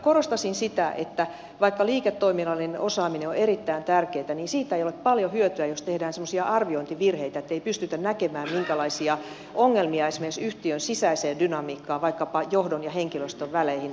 korostaisin sitä että vaikka liiketoiminnallinen osaaminen on erittäin tärkeätä niin siitä ei ole paljon hyötyä jos tehdään semmoisia arviointivirheitä että ei pystytä näkemään minkälaisia ongelmia esimerkiksi yhtiön sisäiseen dynamiikkaan vaikkapa johdon ja henkilöstön väleihin aiheutetaan